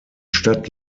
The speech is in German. stadt